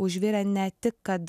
užvirę ne tik kad